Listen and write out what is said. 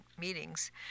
meetings